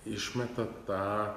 išmeta tą